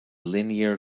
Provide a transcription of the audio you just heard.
linear